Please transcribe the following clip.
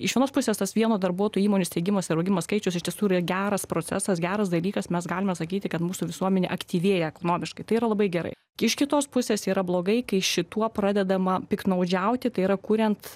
iš vienos pusės tas vieno darbuotojo įmonių steigimas ir augimo skaičius iš tiesų geras procesas geras dalykas mes galima sakyti kad mūsų visuomenė aktyvėja ekonomiškai tai yra labai gerai iš tos pusės yra blogai kai šituo pradedama piktnaudžiauti tai yra kuriant